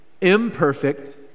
imperfect